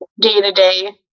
day-to-day